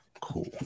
Cool